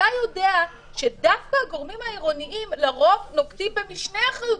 אתה יודע שדווקא הגורמים העירוניים לרוב נוקטים במשנה אחריות,